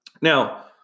Now